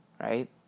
right